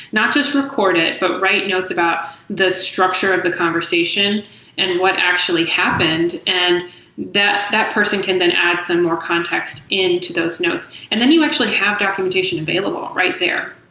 not just record it, but write notes about the structure of the conversation and what actually happened. and that that person can then add some more context into those notes. and then you actually have documentation available right there